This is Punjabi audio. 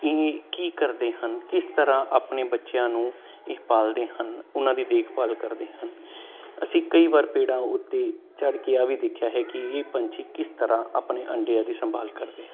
ਇਹ ਕੀ ਕਰਦੇ ਹਨ ਕਿਸ ਤਰ੍ਹਾਂ ਆਪਣੇ ਬੱਚਿਆਂ ਨੂੰ ਇਹ ਪਾਲਦੇ ਹਨ ਉਹਨਾਂ ਦੀ ਦੇਖਭਾਲ ਕਰਦੇ ਹਨ ਅਸੀਂ ਕਈ ਵਾਰ ਪੇੜਾਂ ਉੱਤੇ ਚੜ੍ਹ ਕੇ ਆਹ ਵੀ ਦੇਖਿਆ ਹੈ ਕਿ ਇਹ ਪੰਛੀ ਕਿਸ ਤਰ੍ਹਾਂ ਆਪਣੇ ਅੰਡਿਆਂ ਦੀ ਸੰਭਾਲ ਕਰਦੇ ਹਨ